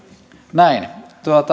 näin